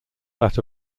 that